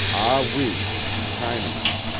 ah wee chinaman.